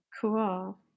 cool